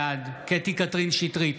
בעד קטי קטרין שטרית,